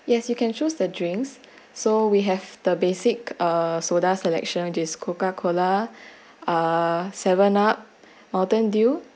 yes you can choose the drinks so we have the basic uh soda selection which is coca cola uh seven up mountain dew